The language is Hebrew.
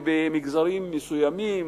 ובמגזרים מסוימים,